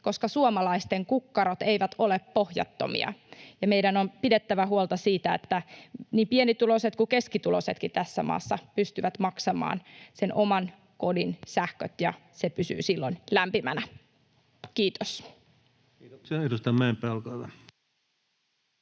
koska suomalaisten kukkarot eivät ole pohjattomia, ja meidän on pidettävä huolta siitä, että niin pienituloiset kuin keskituloisetkin tässä maassa pystyvät maksamaan oman kodin sähköt ja se pysyy silloin lämpimänä. — Kiitos.